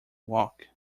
walk